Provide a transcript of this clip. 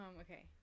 Okay